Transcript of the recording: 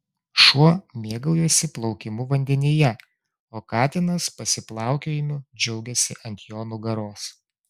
šuo mėgaujasi plaukimu vandenyje o katinas pasiplaukiojimu džiaugiasi ant jo nugaros